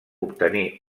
obtenir